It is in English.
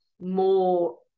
more